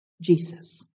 Jesus